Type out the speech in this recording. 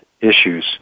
issues